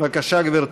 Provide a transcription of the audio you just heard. בבקשה, גברתי.